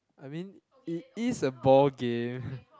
I mean it is a ball game